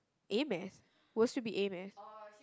A-math worst would be A-math